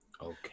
Okay